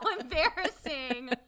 embarrassing